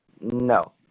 no